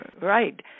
Right